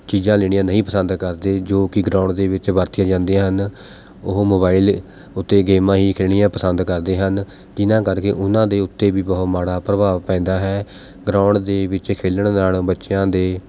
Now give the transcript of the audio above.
ਚੀਜਾਂ ਲੈਣੀਆਂ ਨਹੀਂ ਪਸੰਦ ਕਰਦੇ ਜੋ ਕਿ ਗਰਾਊਂਡ ਦੇ ਵਿੱਚ ਵਰਤੀਆਂ ਜਾਂਦੀਆਂ ਹਨ ਉਹ ਮੋਬਾਈਲ ਉੱਤੇ ਗੇਮਾਂ ਹੀ ਖੇਡਣੀਆਂ ਪਸੰਦ ਕਰਦੇ ਹਨ ਜਿਨ੍ਹਾਂ ਕਰਕੇ ਉਹਨਾਂ ਦੇ ਉੱਤੇ ਵੀ ਬਹੁਤ ਮਾੜਾ ਪ੍ਰਭਾਵ ਪੈਂਦਾ ਹੈ ਗਰਾਊਂਡ ਦੇ ਵਿੱਚ ਖੇਲਣ ਨਾਲ ਬੱਚਿਆਂ ਦੇ